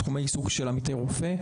לשני תחומי עיסוק של עמית רופא,